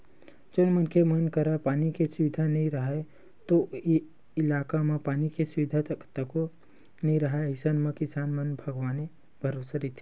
जउन मनखे मन करा पानी के सुबिधा नइ राहय ओ इलाका म पानी के सुबिधा तको नइ राहय अइसन म किसान मन भगवाने भरोसा रहिथे